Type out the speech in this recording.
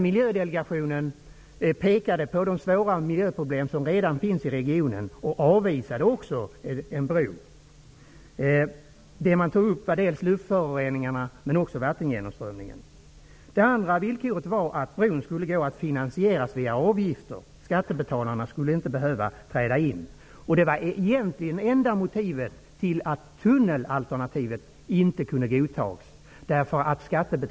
Miljödelegationen pekade på de svåra miljöproblem som redan fanns i regionen och avvisade en bro. Man tog upp dels luftföroreningarna, dels vattengenomströmningen. Det andra villkoret var att bron skulle kunna finansieras via avgifter. Skattebetalarna skulle inte behöva träda in. Det var egentligen det enda motivet för att tunnelalternativet inte kunde godtas.